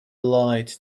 lied